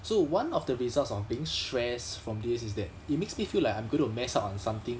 so one of the results of being stressed from this is that it makes me feel like I'm going to mess up on something